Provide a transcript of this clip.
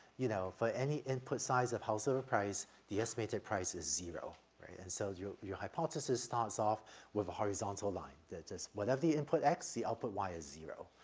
you know, for any input size of house or price, the estimated price is zero, right? and so your your hypothesis starts off with a horizontal line, that is whatever the input x the output y is zero.